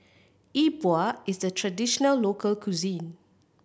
E Bua is a traditional local cuisine